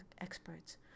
experts